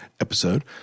episode